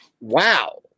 Wow